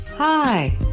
Hi